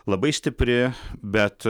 labai stipri bet